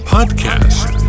Podcast